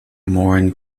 moran